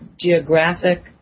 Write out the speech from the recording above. Geographic